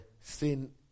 sin